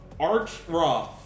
Archroth